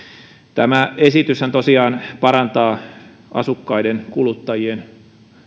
tämä esityshän tosiaan parantaa asukkaiden kuluttajien